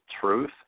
Truth